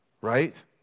right